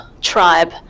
tribe